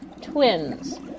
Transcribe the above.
Twins